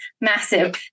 massive